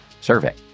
survey